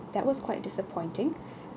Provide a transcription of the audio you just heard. that was quite disappointing